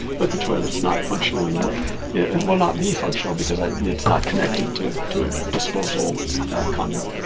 but the toilet's not functional and will yeah and will not be functional because i mean it's not connected to to a disposal conduit.